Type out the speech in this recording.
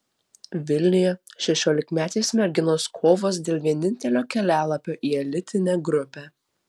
vilniuje šešiolikmetės merginos kovos dėl vienintelio kelialapio į elitinę grupę